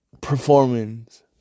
Performance